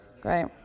Great